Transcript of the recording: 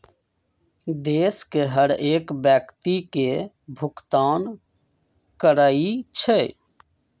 देश के हरेक व्यक्ति के भुगतान करइ छइ